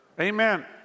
Amen